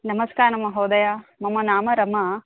नमस्कारः महोदय मम नाम रमा